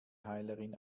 heilerin